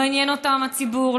לא עניין אותם הציבור,